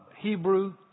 Hebrew